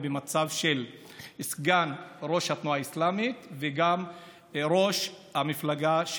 למעמד של סגן ראש התנועה האסלאמית וגם ראש המפלגה,